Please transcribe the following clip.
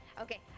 Okay